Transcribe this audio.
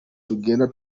twegera